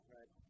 Right